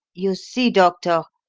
you see, doctor,